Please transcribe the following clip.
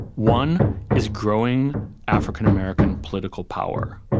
one is growing african american political power.